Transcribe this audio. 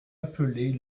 appelées